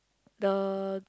the